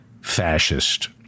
fascist